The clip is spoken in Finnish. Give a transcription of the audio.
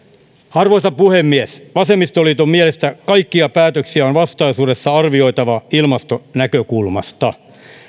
arvoisa puhemies vasemmistoliiton mielestä kaikkia päätöksiä on vastaisuudessa arvioitava ilmastonäkökulmasta